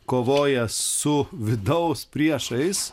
kovojęs su vidaus priešais